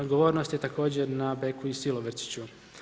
Odgovornost je također na Beku i Silobrčiću.